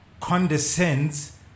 condescends